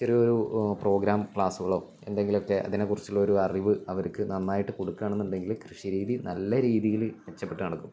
ചെറിയൊരു പ്രോഗ്രാം ക്ലാസ്സുകളോ എന്തെങ്കിലൊക്കെ അതിനെക്കുറിച്ചുള്ളൊ രു അറിവ് അവർക്കു നന്നായിട്ടു കൊടുക്കുകയാണെന്നുണ്ടെങ്കില് കൃഷി രീതി നല്ല രീതിയില് മെച്ചപ്പെട്ടു നടക്കും